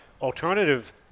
alternative